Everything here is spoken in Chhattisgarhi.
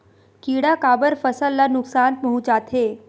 किड़ा काबर फसल ल नुकसान पहुचाथे?